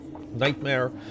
Nightmare